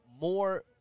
more